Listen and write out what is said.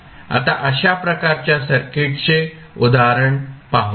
आता अशा प्रकारच्या सर्किट्सचे उदाहरण पाहू